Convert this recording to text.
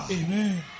Amen